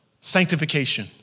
sanctification